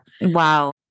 Wow